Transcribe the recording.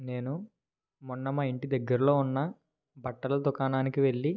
నేను మొన్న మా ఇంటి దగ్గరలో ఉన్న బట్టల దుకాణానికి వెళ్ళి